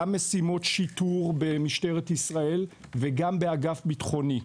גם משימות שיטור במשטרת ישראל, וגם באגף ביטחוני.